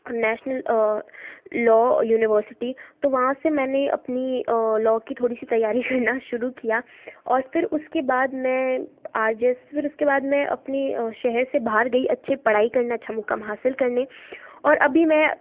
national law university तो वहाँ से मैंने अपनी लॉ की थोड़ी सी तैयारी करना शुरू किया और फिर उसके बाद में आर जे एस फिर उसके बाद में अपनी शहर से बाहर गई अच्छी पढ़ाई करना अच्छा मुक़ाम हासिल करने और अभी मैं